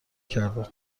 کردم